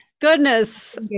goodness